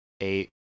eight